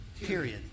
period